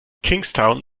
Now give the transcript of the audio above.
kingstown